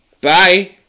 Bye